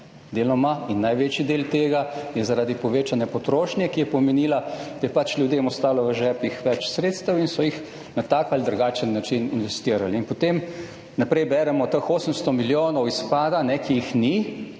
deloma in največji del tega je zaradi povečane potrošnje, ki je pomenila, da je ljudem ostalo v žepih več sredstev in so jih na tak ali drugačen način investirali. In potem naprej beremo teh 800 milijonov izpada, ki jih ni,